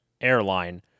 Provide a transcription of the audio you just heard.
airline